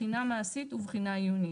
בחינה מעשית ובחינה עיונית.